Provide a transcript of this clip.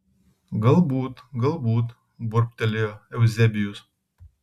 galbūt galbūt burbtelėjo euzebijus